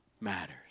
matters